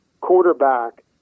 quarterback